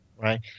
Right